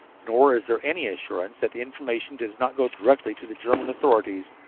nor is there any assurance that the information does not go directly to the german authorities,